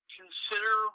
consider